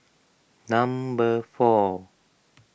number four